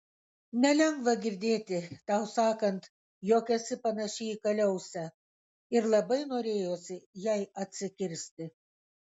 nelengva girdėti tau sakant jog esi panaši į kaliausę ir labai norėjosi jai atsikirsti